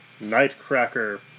Nightcracker